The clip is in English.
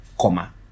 comma